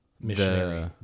missionary